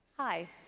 Hi